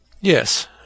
Yes